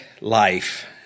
life